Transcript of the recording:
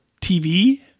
tv